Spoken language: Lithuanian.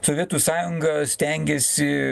sovietų sąjunga stengėsi